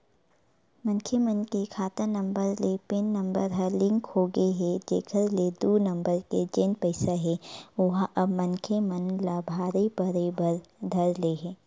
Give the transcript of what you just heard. मनखे मन के खाता नंबर ले पेन नंबर ह लिंक होगे हे जेखर ले दू नंबर के जेन पइसा हे ओहा अब मनखे मन ला भारी पड़े बर धर ले हे